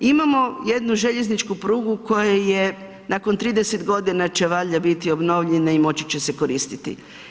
Imamo jednu željezničku prugu koja je nakon 30 godina će valjda biti obnovljena i moći će se koristiti.